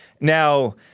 Now